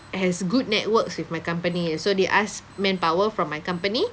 has good networks with my company and so they asked manpower from my company